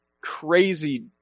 crazy